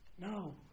No